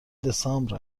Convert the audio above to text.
دسامبر